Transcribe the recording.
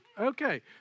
Okay